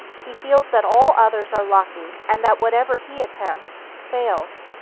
he feels that all others are lucky, and that whatever he attempts, fails.